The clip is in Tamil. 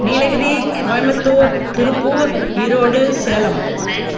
நீலகிரி கோயபுத்தூர் திருப்பூர் ஈரோடு சேலம்